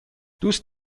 دوست